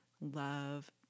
love